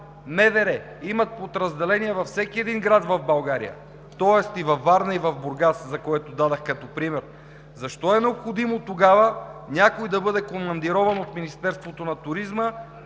МВР имат подразделения във всеки един град в България, тоест и във Варна, и в Бургас, които дадох като пример, защо е необходимо тогава някой да бъде командирован от Министерството на туризма